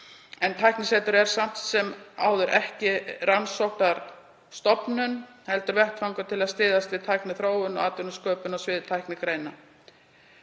en tæknisetur er samt sem áður ekki rannsóknarstofnun heldur vettvangur til að styðja við tækniþróun og atvinnusköpun á sviði tæknigreina.